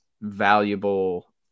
valuable